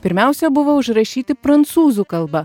pirmiausia buvo užrašyti prancūzų kalba